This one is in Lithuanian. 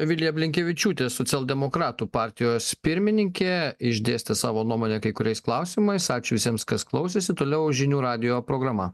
vilija blinkevičiūtė socialdemokratų partijos pirmininkė išdėstė savo nuomonę kai kuriais klausimais ačiū visiems kas klausėsi toliau žinių radijo programa